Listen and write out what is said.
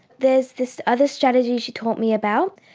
there is this other strategy she taught me about,